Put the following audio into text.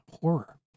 horror